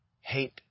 hate